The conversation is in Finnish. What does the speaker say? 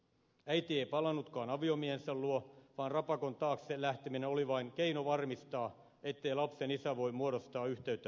äiti ei palannutkaan aviomiehensä luo vaan rapakon taakse lähteminen oli vain keino varmistaa ettei lapsen isä voi muodostaa yhteyttä tyttäreensä